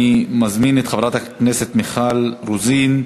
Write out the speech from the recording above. אני מזמין את חברת הכנסת מיכל רוזין.